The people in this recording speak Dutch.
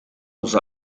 ons